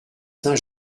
saint